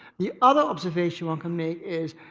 the other observation one could make is,